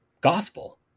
gospel